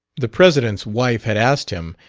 the president's wife had asked him,